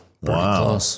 Wow